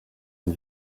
une